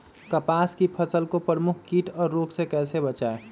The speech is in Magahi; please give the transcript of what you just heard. कपास की फसल को प्रमुख कीट और रोग से कैसे बचाएं?